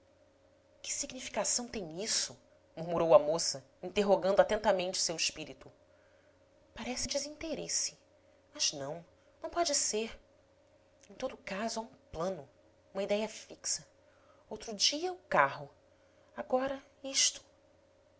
que significação tem isto murmurou a moça interrogando atentamente seu espírito parece desinteresse mas não não pode ser em todo caso há um plano uma idéia fixa outro dia o carro agora isto